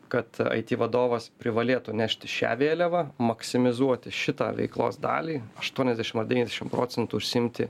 kad aiti vadovas privalėtų nešti šią vėliavą maksimizuoti šitą veiklos dalį aštuoniasdešim ar devyniasdešim procentų užsiimti